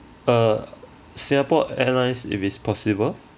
uh Singapore Airlines if it's possible